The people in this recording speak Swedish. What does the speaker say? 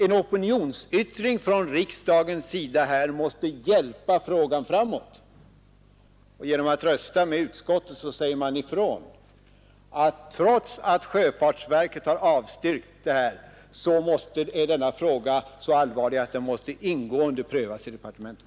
En opinionsyttring från riksdagens sida måste föra frågan framåt, och genom att rösta med utskottet säger man ifrån att denna fråga är så allvarlig att den trots sjöfartsverkets avstyrkande måste prövas ingående i departementet.